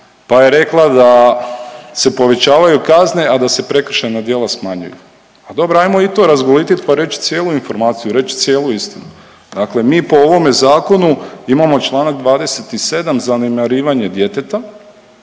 pa je rekla da se povećavaju kazne, a da se prekršajna djela smanjuju. Pa dobro, ajmo i to razgolit pa reći cijelu informaciju, reći cijelu istinu. Dakle mi po ovome Zakonu imamo čl. 27, zanemarivanje djeteta,